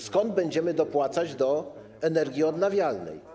Skąd będziemy dopłacać do energii odnawialnej?